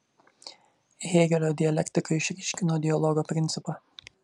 hėgelio dialektika išryškino dialogo principą